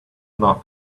not